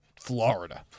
Florida